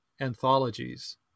anthologies